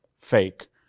fake